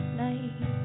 night